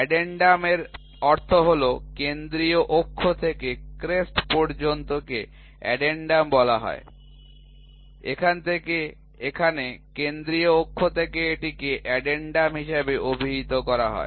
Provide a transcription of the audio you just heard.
addendum এর অর্থ হল কেন্দ্রিয় অক্ষ থেকে ক্রেস্ট পর্যন্তকে অ্যাডেনডাম বলা হয় এখান থেকে এখানে কেন্দ্রীয় অক্ষ থেকে এটিকে অ্যাডেনডাম হিসাবে অভিহিত করা হয়